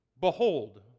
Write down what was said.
behold